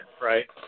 right